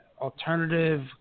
alternative